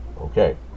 Okay